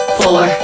four